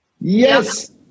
Yes